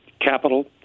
capital